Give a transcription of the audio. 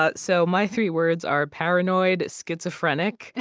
ah so my three words are paranoid schizophrenic.